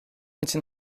için